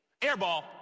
Airball